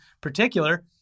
particular